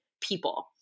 people